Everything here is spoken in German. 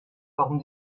warum